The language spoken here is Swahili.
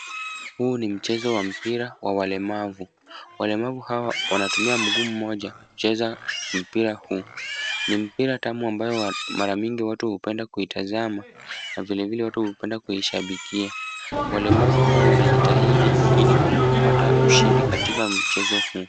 Huu ni mchezo wa mpira wa walemavu, walemavu hawa wanatumia mguu mmoja kucheza mpira huu. Ni mpira tamu ambayo mara nyingi watu hupenda kuitazama, na vilevile watu hupenda kuishabikia. Walemavu hao wanajitahidi ili kupata ushindi katika mchezo huu.